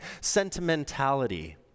sentimentality